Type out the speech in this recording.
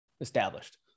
established